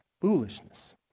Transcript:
foolishness